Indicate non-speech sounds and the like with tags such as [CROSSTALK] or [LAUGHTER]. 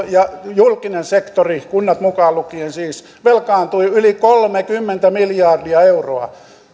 [UNINTELLIGIBLE] ja julkinen sektori kunnat mukaan lukien siis velkaantui yli kolmekymmentä miljardia euroa